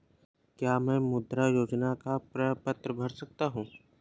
क्या मैं मुद्रा योजना का प्रपत्र भर सकता हूँ?